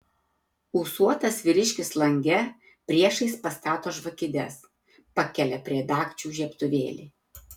ūsuotas vyriškis lange priešais pastato žvakides pakelia prie dagčių žiebtuvėlį